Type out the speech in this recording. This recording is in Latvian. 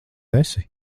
esi